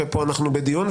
ופה אנחנו בדיון,